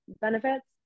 benefits